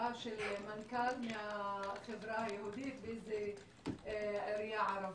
של מנכ"ל מהחברה היהודית בעירייה ערבית,